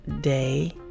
day